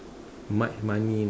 mo~ money